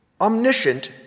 omniscient